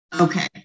okay